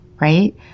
right